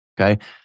Okay